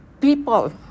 people